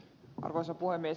arvoisa puhemies